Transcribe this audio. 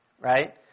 Right